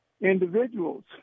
individuals